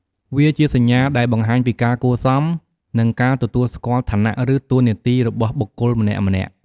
វាជាសញ្ញាដែលបង្ហាញពីការគួរសម និងការទទួលស្គាល់ឋានៈ ឬតួនាទីរបស់បុគ្គលម្នាក់ៗ។